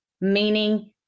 meaning